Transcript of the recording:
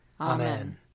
Amen